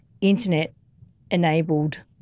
internet-enabled